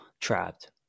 trapped